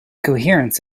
coherence